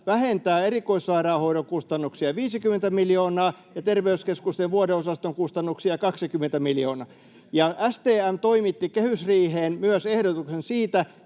vähentää erikoissairaanhoidon kustannuksia 50 miljoonaa ja terveyskeskusten vuodeosastojen kustannuksia 20 miljoonaa. STM toimitti kehysriiheen myös ehdotuksen siitä,